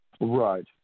Right